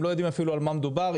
הם לא יודעים אפילו במה מדובר.